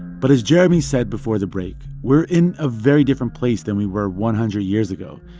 but as jeremy said before the break, we're in a very different place than we were one hundred years ago,